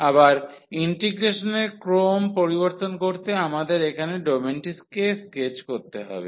আবার ইন্টিগ্রেশনের ক্রম পরিবর্তন করতে আমাদের এখানে ডোমেনটিকে স্কেচ করতে হবে